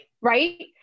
Right